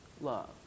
love